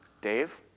Dave